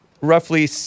roughly